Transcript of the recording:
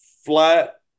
Flat